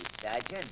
Sergeant